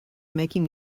making